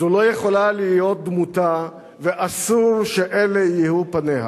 זו לא יכולה להיות דמותה, ואסור שאלה יהיו פניה.